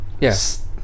Yes